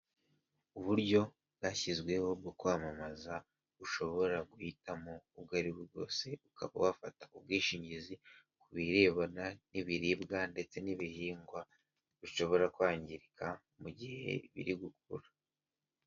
Uburyo bwashyizweho bwo kwamamaza, ubushobora guhitamo ubwo ari bwo bwose uka wafata ubwishingizi ku birebana n'ibiribwa ndetse n'ibihingwa bishobora kwangirika mu gihe biri gukura.